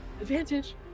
advantage